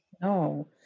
No